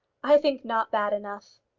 i think not bad enough.